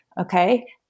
okay